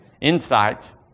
insights